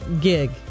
gig